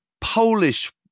Polish